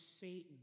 Satan